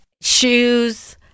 shoes